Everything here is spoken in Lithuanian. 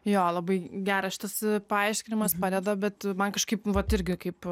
jo labai geras šitas paaiškinimas padeda bet man kažkaip vat irgi kaip